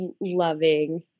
loving